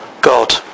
God